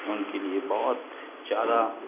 उनके लिए बहुत ज़्यादा